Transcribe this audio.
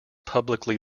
publicly